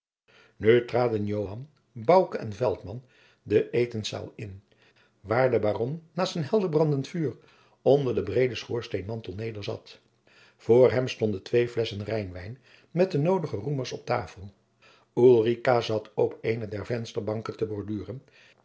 traden joan bouke en veltman de etenszaal in waar de baron naast een helderbrandend vuur onder den breeden schoorsteenmantel nederzat voor hem stonden twee flesschen rijnwijn met de noodige roemers op tafel ulrica zat op eene der vensterbanken te borduren